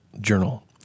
journal